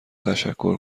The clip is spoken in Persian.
تشکر